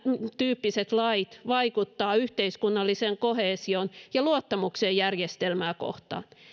tyyppiset lait vaikuttavat yhteiskunnalliseen koheesioon ja luottamukseen järjestelmää kohtaan